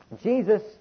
Jesus